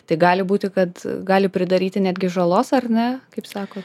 tai gali būti kad gali pridaryti netgi žalos ar ne kaip sako